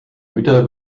güter